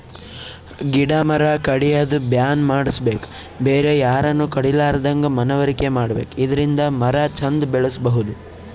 ಗಿಡ ಮರ ಕಡ್ಯದ್ ಬ್ಯಾನ್ ಮಾಡ್ಸಬೇಕ್ ಬೇರೆ ಯಾರನು ಕಡಿಲಾರದಂಗ್ ಮನವರಿಕೆ ಮಾಡ್ಬೇಕ್ ಇದರಿಂದ ಮರ ಚಂದ್ ಬೆಳಸಬಹುದ್